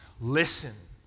listen